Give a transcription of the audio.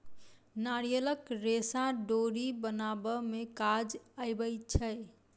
नारियलक रेशा डोरी बनाबअ में काज अबै छै